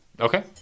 Okay